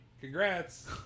Congrats